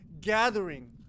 gathering